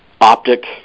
optic